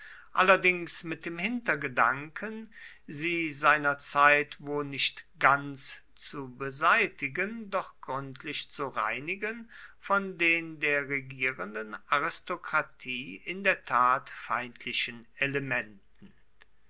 allerdings mit dem hintergedanken sie seiner zeit wo nicht ganz zu beseitigen doch gründlich zu reinigen von den der regierenden aristokratie in der tat feindlichen elementen